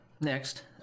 next